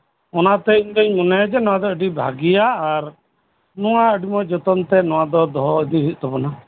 ᱚᱱᱟᱛᱮ ᱤᱧ ᱫᱩᱧ ᱢᱚᱱᱮᱭᱟ ᱱᱚᱣᱟ ᱫᱚ ᱟᱹᱰᱤ ᱵᱷᱟᱹᱜᱤᱭᱟ ᱟᱨ ᱱᱚᱣᱟ ᱟᱹᱰᱤ ᱡᱚᱛᱚᱱ ᱛᱮ ᱟᱹᱰᱤ ᱢᱚᱸᱡ ᱫᱚᱦᱚ ᱤᱫᱤ ᱦᱩᱭᱩᱜ ᱛᱟᱵᱳᱱᱟ